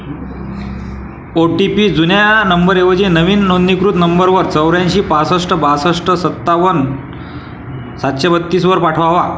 ओ T P जुन्या नंबरऐवजी नवीन नोंदणीकृत नंबरवर चौऱ्यांशी पासष्ठ बासष्ठ सत्तावन्न सातशे बत्तीसवर पाठवावा